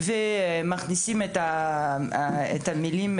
ומכניסים את המילים: